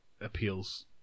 appeals